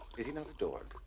is he not adored?